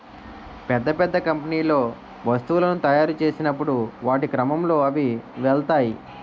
పెద్ద పెద్ద కంపెనీల్లో వస్తువులను తాయురు చేసినప్పుడు వాటి క్రమంలో అవి వెళ్తాయి